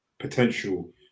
potential